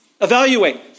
Evaluate